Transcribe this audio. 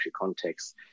context